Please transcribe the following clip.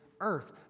earth